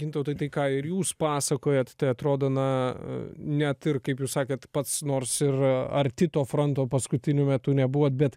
gintautai tai ką ir jūs pasakojat atrodo na net ir kaip jūs sakėt pats nors ir arti to fronto paskutiniu metu nebuvot bet